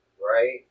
right